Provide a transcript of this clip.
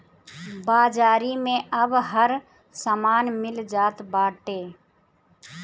बाजारी में अब हर समान मिल जात बाटे